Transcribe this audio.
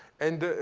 and